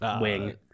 Wing